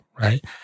right